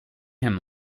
him